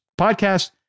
podcast